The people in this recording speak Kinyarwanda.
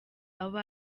abo